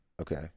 Okay